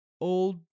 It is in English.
old